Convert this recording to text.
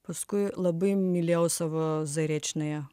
paskui labai mylėjau savo zariečnają